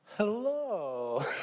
Hello